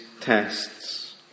tests